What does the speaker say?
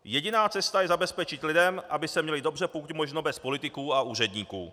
Jediná cesta je zabezpečit lidem, aby se měli dobře, pokud možno bez politiků a úředníků.